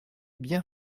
bien